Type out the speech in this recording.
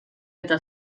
eta